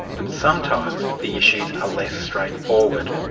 but sometimes the issues are less straightforward.